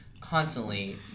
constantly